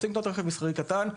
שרוצים לקנות רכב מסחרי קטן.